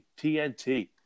TNT